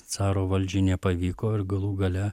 caro valdžiai nepavyko ir galų gale